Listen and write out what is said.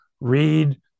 Read